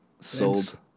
Sold